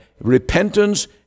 Repentance